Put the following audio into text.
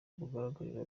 bugaragarira